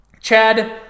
chad